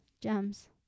Gems